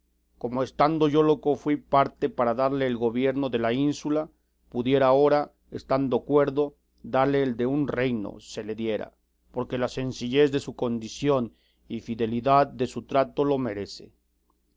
como estando yo loco fui parte para darle el gobierno de la ínsula pudiera agora estando cuerdo darle el de un reino se le diera porque la sencillez de su condición y fidelidad de su trato lo merece